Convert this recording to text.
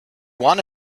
want